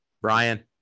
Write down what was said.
Brian